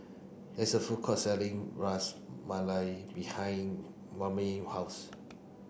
there's a food court selling Ras Malai behind house